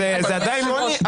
לא.